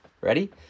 Ready